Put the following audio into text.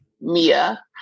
Mia